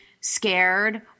scared